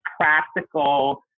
practical